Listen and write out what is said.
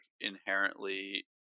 inherently